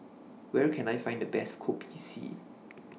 Where Can I Find The Best Kopi C